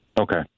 Okay